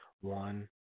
one